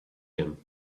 him